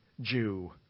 Jew